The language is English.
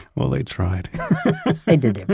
well, they tried they did their